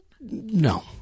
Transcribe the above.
No